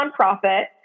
nonprofit